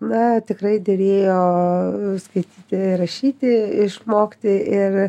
na tikrai derėjo skaityti rašyti išmokti ir